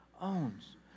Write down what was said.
owns